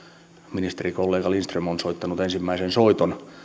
ministerikollega lindström on soittanut ensimmäisen soiton